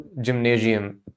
gymnasium